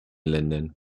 ländern